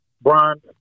Brian